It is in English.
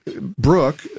Brooke